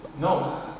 No